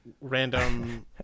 Random